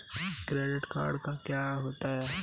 Credit card क्या होता है?